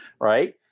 right